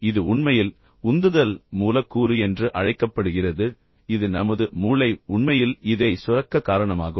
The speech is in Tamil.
இது உண்மையில் உந்துதல் மூலக்கூறு என்று அழைக்கப்படுகிறது இது நமது மூளை உண்மையில் இதை சுரக்க காரணமாகும்